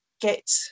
get